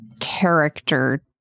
character